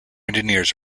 engineers